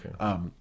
okay